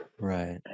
Right